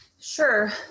Sure